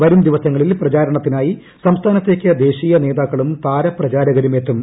വരും ദിവസങ്ങളിൽ പ്രചാരണത്തിനായി സംസ്ഥാനത്തേക്ക് ദേശീയ നേതാക്കളും താരപ്രചാരകരും എത്തും